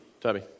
Tubby